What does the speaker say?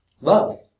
Love